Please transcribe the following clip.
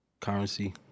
Currency